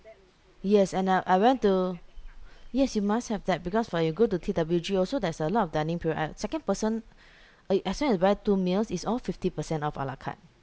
yes and uh I went to yes you must have that because when you go to T_W_G also there's a lot of dining privilege second person uh as long as you buy two meals it's all fifty percent off ala carte